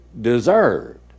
deserved